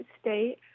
State